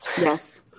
yes